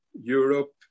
Europe